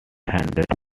handed